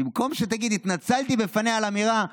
במקום שתגיד: התנצלתי בפניה על אמירה,